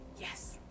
yes